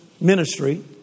ministry